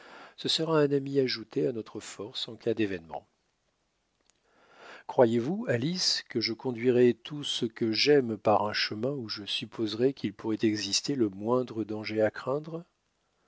ce sera un ami ajouté à notre force en cas d'événement croyez-vous alice que je conduirais tout ce que j'aime par un chemin où je supposerais qu'il pourrait exister le moindre danger à craindre